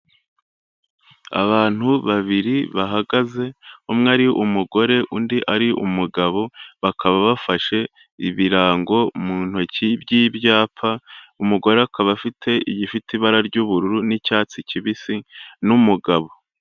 Abantu babiri bahagaze, umwe ari umugore undi ari umugabo, bakaba bafashe ibirango mu ntoki by'ibyapa, umugore akaba afite igifite ibara ry'ubururu n'icyatsi kibisi n'umugabo.